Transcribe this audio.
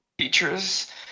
features